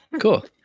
Cool